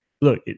Look